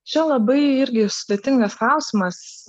čia labai irgi sudėtingas klausimas